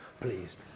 please